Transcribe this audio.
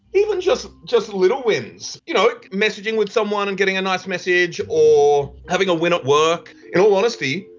even just just little wins, you know, messaging with someone, and getting a nice message, or having a win at work. it all honesty,